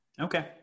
okay